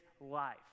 life